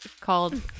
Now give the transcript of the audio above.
Called